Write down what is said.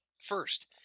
First